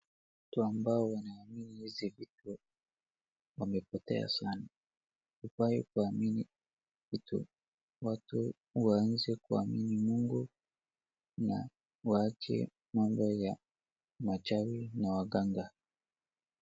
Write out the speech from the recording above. Watu ambao wanaamini hizi vitu wamepotea sana. Hufaii kuamini vitu watu waanze kuamini mungu na waache mambo ya machawi na waganga.